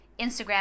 Instagram